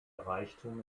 reichtum